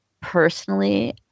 personally